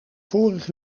vorig